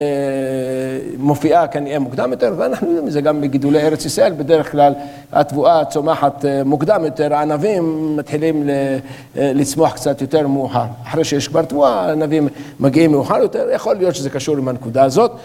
מופיעה כנראה מוקדם יותר ואנחנו יודעים זה גם בגידולי ארץ ישראל, בדרך כלל התבואה צומחת מוקדם יותר, הענבים מתחילים לצמוח קצת יותר מאוחר. אחרי שיש כבר תבואה הענבים מגיעים מאוחר יותר, יכול להיות שזה קשור עם הנקודה הזאת.